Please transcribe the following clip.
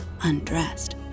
undressed